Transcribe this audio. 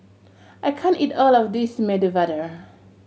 I can't eat all of this Medu Vada